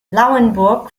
lauenburg